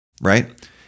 right